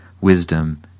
wisdom